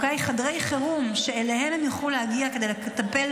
חדרי חירום שאליהם הם יוכלו להגיע כדי לקבל